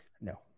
No